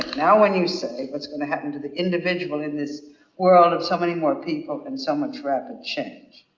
now when you say what's going to happen to the individual in this world of so many more people and so much rapid change?